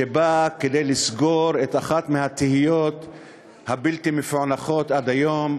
שבאה לסגור את אחת התהיות הבלתי-מפוענחות עד היום,